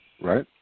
Right